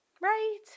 Right